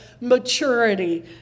maturity